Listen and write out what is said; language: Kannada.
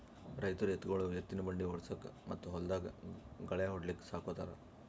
ರೈತರ್ ಎತ್ತ್ಗೊಳು ಎತ್ತಿನ್ ಬಂಡಿ ಓಡ್ಸುಕಾ ಮತ್ತ್ ಹೊಲ್ದಾಗ್ ಗಳ್ಯಾ ಹೊಡ್ಲಿಕ್ ಸಾಕೋತಾರ್